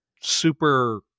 super